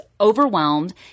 overwhelmed